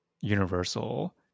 universal